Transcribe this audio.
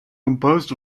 composed